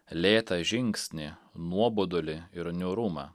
lėtą žingsnį nuobodulį ir niūrumą